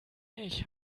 ich